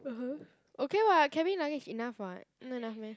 ah !huh! okay [what] cabin luggage enough [what] not enough meh